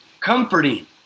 Comforting